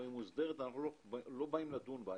היא מוסדרת, אנחנו לא באים לדון בה.